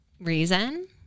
reason